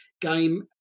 game